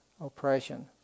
oppression